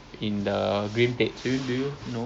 apa B B nine